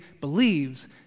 believes